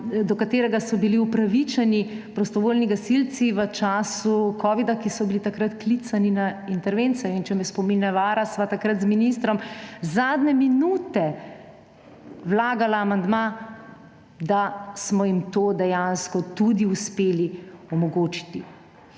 do katerega so bili upravičeni v času covida prostovoljni gasilci, ki so bili takrat klicani na intervencije. In če me spomin ne vara, sva takrat z ministrom zadnje minute vlagala amandma, da smo jim to dejansko uspeli omogočiti.